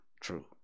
true